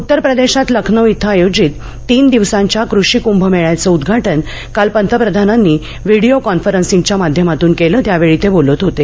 उत्तर प्रदेशात लखनऊ इथं आयोजित तीन दिवसांच्या कृषी कृंभ मेळ्याचं उद्वाटन काल पंतप्रधानांनी व्हिडीओ कॉन्फरन्सिंगच्या माध्यमातून केलं त्यावेळी ते बोलत होते